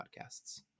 Podcasts